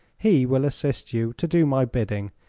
he will assist you to do my bidding,